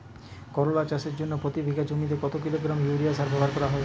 করলা চাষের জন্য প্রতি বিঘা জমিতে কত কিলোগ্রাম ইউরিয়া সার ব্যবহার করা হয়?